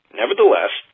nevertheless